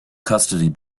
custody